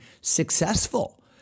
successful